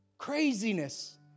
craziness